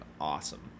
awesome